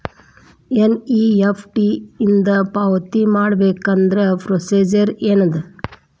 NEFT ಇಂದ ಪಾವತಿ ಮಾಡಬೇಕಂದ್ರ ಪ್ರೊಸೇಜರ್ ಏನದ